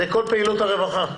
זה כל פעילות הרווחה.